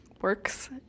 works